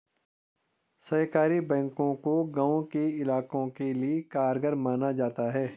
सहकारी बैंकों को गांव के इलाकों के लिये कारगर माना जाता है